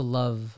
love